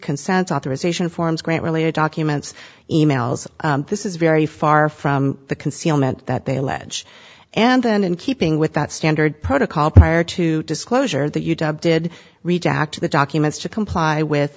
consents authorization forms grant related documents e mails this is very far from the concealment that they allege and then in keeping with that standard protocol prior to disclosure that you did reach out to the documents to comply with